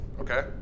okay